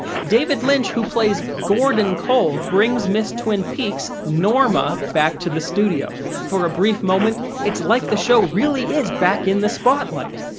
david lynch, who plays gordon cole, brings miss twin peaks ah back to the studio. for a brief moment, it's like the show really is back in the spotlight.